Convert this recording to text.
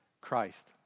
Christ